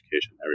education